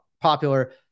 popular